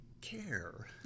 care